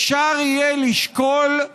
אפשר יהיה לשקול,